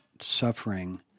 suffering